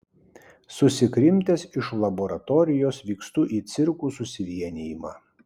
susikrimtęs iš laboratorijos vykstu į cirkų susivienijimą